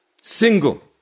Single